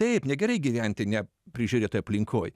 taip negerai gyventi ne prižiūrėtoj aplinkoj